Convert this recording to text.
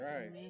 Right